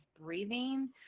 breathing